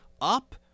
up